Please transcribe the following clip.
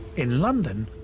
in london,